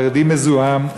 חרדי מזוהם,